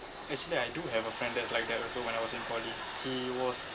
actually I do have a friend that's like that also when I was in poly he was